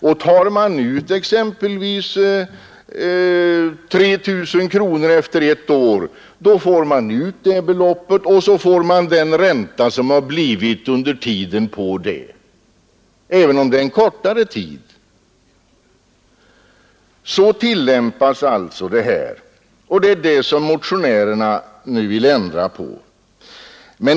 Den som tar ut exempelvis 3 000 kronor ett år erhåller det beloppet plus räntan för den tid beloppet har stått inne. Det är detta som motionärerna nu vill ändra på.